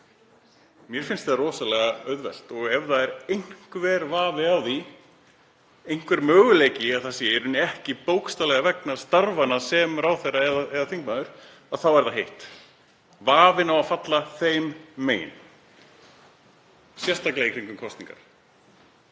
Mér finnst það rosalega auðvelt. Ef það er einhver vafi á því, einhver möguleiki á að ferð sé í rauninni ekki bókstaflega vegna starfanna sem ráðherra eða þingmaður sinnir, þá er það hitt; vafinn á að falla þeim megin, sérstaklega í kringum kosningar.